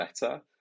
better